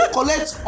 Collect